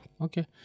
Okay